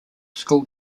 school